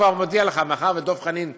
אני כבר מודיע לך, מאחר שדב חנין דיבר,